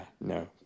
no